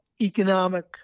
economic